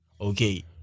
okay